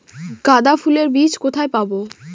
গাঁদা ফুলের বীজ কোথায় পাবো?